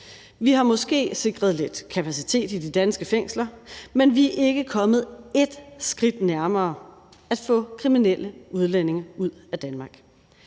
Vi har måske sikret lidt kapacitet i de danske fængsler, men vi er ikke kommet ét skridt nærmere at få kriminelle udlændinge ud af Danmark.